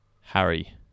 Harry